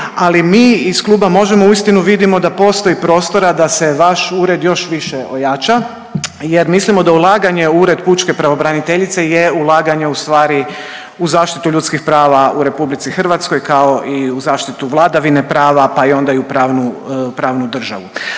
ali mi iz kluba Možemo! uistinu vidimo da postoji prostora da se vaš ured još više ojača jer mislimo da ulaganje u Ured pučke pravobraniteljice je ulaganje ustvari u zaštitu ljudskih prava u RH kao i u zaštitu vladavine prava pa i onda u pravnu državu.